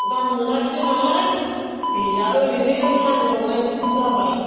दाम मोनासैनालाय गैया ओरैनो फानज्रावनायनिसो जाबाय